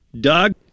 Doug